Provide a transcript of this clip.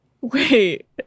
Wait